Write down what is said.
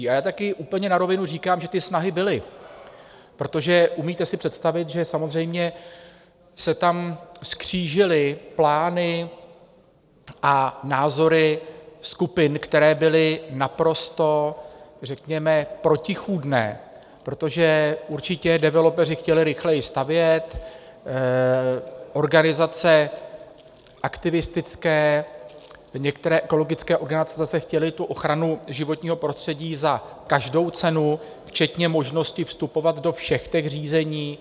A taky úplně na rovinu říkám, že ty snahy byly, protože umíte si představit, že samozřejmě se tam křížily plány a názory skupin, které byly naprosto protichůdné, protože developeři chtěli rychleji stavět, organizace aktivistické, některé ekologické organizace, zase chtěly ochranu životního prostředí za každou cenu včetně možnosti vstupovat do všech řízení.